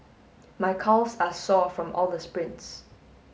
my calves are sore from all the sprints